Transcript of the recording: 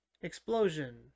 Explosion